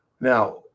Now